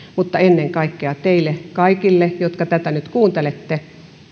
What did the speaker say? mutta ennen kaikkea teille kaikille jotka tätä nyt kuuntelette